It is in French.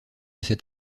cet